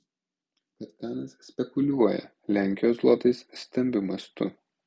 kad kanas spekuliuoja lenkijos zlotais stambiu mastu